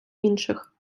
інших